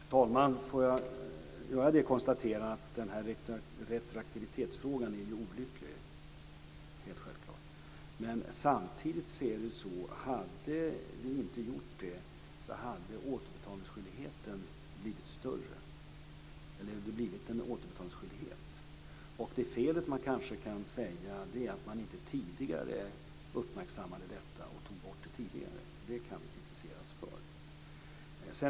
Fru talman! Låt mig göra konstaterandet att retroaktivitetsfrågan självfallet är olycklig. Men samtidigt är det så att om vi inte hade gjort detta så hade det blivit en återbetalningsskyldighet. Man kanske kan säga att felet var att man inte tidigare uppmärksammade detta, och tog bort det då. Det kan vi kritiseras för.